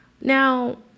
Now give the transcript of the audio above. Now